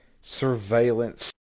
surveillance